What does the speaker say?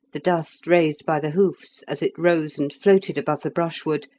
the dust raised by the hoofs, as it rose and floated above the brushwood,